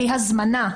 בלי הזמנה,